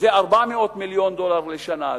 400 מיליון דולר לשנה,